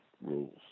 rules